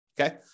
Okay